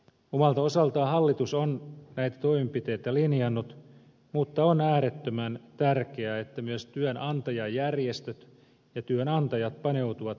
omalta osaltaan hallitus on näitä toimenpiteitä linjannut mutta on äärettömän tärkeää että myös työnantajajärjestöt ja työnantajat paneutuvat henkilöstön työssäjaksamiseen